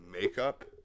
makeup